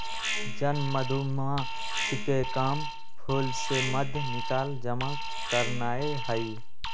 जन मधूमाछिके काम फूल से मध निकाल जमा करनाए हइ